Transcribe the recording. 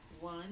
One